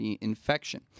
infection